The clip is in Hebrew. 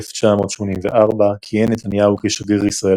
1984–1988 כיהן נתניהו כשגריר ישראל